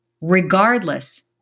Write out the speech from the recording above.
Regardless